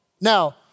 Now